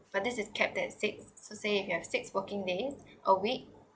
but this is capped that six so say if you have six working days a week